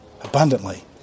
abundantly